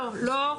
לא,